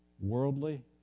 worldly